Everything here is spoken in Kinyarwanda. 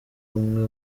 umwe